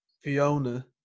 Fiona